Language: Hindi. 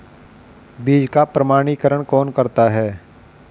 बीज का प्रमाणीकरण कौन करता है?